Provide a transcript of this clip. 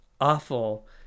awful